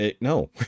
no